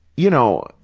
you know,